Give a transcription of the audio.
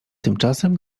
tymczasem